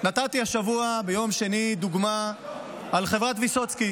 נתתי השבוע ביום שני דוגמה על חברת ויסוצקי,